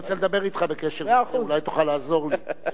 אני רוצה לדבר אתך בקשר לזה, אולי תוכל לעזור לי.